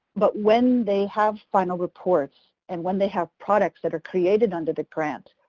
but when they have final reports and when they have products that are created under the grants,